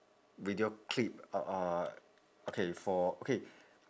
video clip uh uh okay for okay